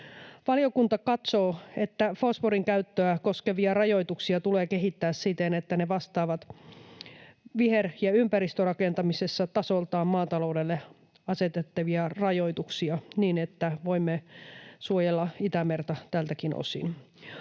Valiokunta katsoo, että fosforin käyttöä koskevia rajoituksia tulee kehittää siten, että ne vastaavat viher- ja ympäristörakentamisessa tasoltaan maataloudelle asetettavia rajoituksia niin, että voimme suojella Itämerta tältäkin osin.